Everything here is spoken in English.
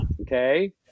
Okay